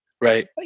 Right